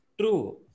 True